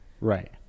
right